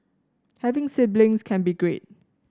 having siblings can be great